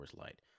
Light